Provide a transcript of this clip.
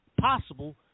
possible